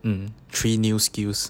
um three new skills